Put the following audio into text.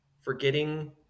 forgetting